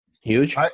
Huge